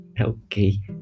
Okay